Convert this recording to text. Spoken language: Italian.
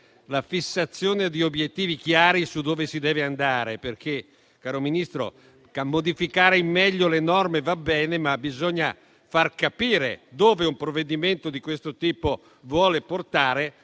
la fissazione di obiettivi chiari su dove si deve andare. Infatti, caro Ministro, modificare in meglio le norme va bene, ma bisogna far capire dove un provvedimento di questo tipo vuole portare,